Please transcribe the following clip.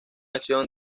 acción